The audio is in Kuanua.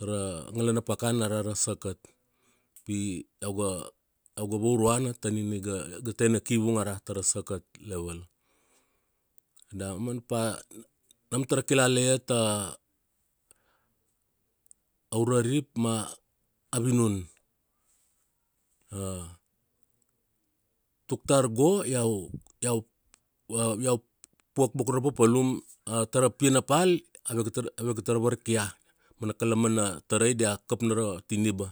tara ngala na pakana ara ra sakat. Pi iau ga vauruana ta nina iga, iga tena kivung ara tara sakat level. Da mana pa nam tara kilala iat aura rip ma avinun. tuk tar go iau, iau, iau puak boko ra papalum, tara pianapal, ave ga tar, ave ga tar varkia. A mana kalamana, tarai dia kap nara tiniba.